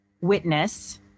witness